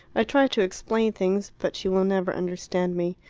i tried to explain things but she will never understand me.